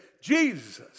Jesus